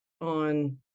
on